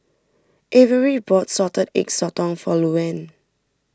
Averie bought Salted Egg Sotong for Louann